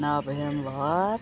November